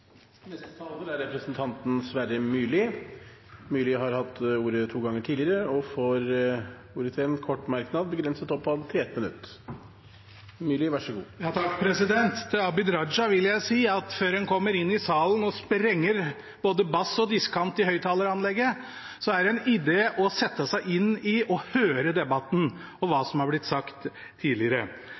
Representanten Sverre Myrli har hatt ordet to ganger tidligere og får ordet til en kort merknad, begrenset til 1 minutt. Til Abid Q. Raja vil jeg si at før en kommer inn i salen og sprenger både bass og diskant i høyttaleranlegget, er det en idé å sette seg inn i og høre debatten – hva som har blitt sagt tidligere.